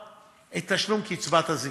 את תשלום קצבת הזיקנה.